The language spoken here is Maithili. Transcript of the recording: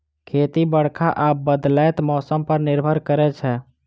खेती बरखा आ बदलैत मौसम पर निर्भर करै छै